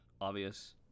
obvious